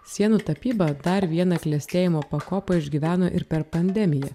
sienų tapyba dar vieną klestėjimo pakopą išgyveno ir per pandemiją